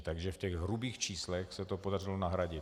Takže v těch hrubých číslech se to podařilo nahradit.